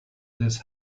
this